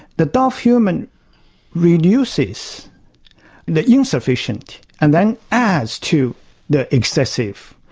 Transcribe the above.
the dao of human reduces the insufficient and then adds to the excessive,